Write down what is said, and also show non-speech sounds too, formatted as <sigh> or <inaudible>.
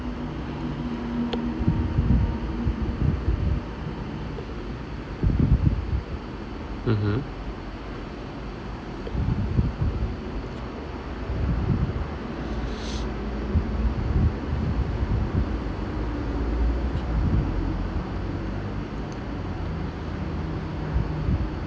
mmhmm <breath>